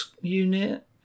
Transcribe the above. unit